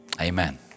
Amen